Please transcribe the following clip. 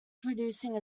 producing